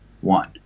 one